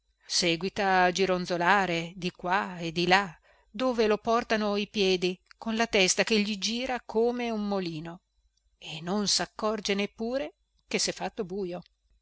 seguita a gironzolare di qua e di là dove lo portano i piedi con la testa che gli gira come un molino e non saccorge neppure che sè fatto bujo